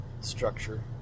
structure